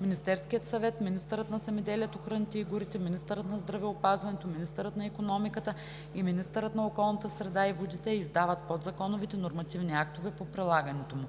Министерският съвет, министърът на земеделието, храните и горите, министърът на здравеопазването, министърът на икономиката и министърът на околната среда и водите издават подзаконовите нормативни актове по прилагането му.“